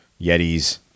Yetis